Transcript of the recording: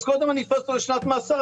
אז קודם אני אכניס אותו לשנת מאסר,